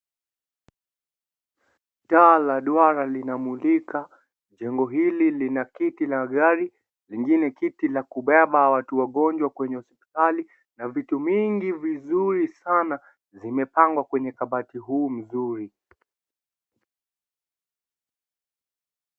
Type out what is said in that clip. Taa la duara lina mulika jengo hili lina kiti la gari lingine kiti la kubeba watu wagonjwa kwenye hospitali na vitu mingi vizuri sana vimepangwa kwenye kabati huu mzuri.